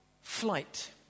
flight